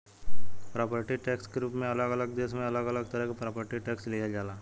property tax के रूप में अलग अलग देश में अलग अलग तरह से प्रॉपर्टी टैक्स लिहल जाला